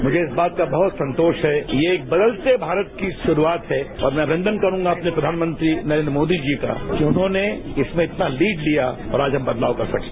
मुझे इस बात का बहुत संतोष है कि ये एक बदलते भारत की शुरूआत है और मैं अभिनदन करूगा अपने प्रधानमंत्री नरेन्द्र मोदी जी का कि उन्होंने इसमें इतना लीड लिया और आज हम बदलाव कर सकें